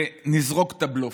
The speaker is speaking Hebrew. ונזרוק את הבלופים: